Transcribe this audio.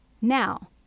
Now